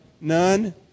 None